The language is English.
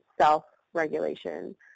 self-regulation